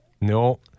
No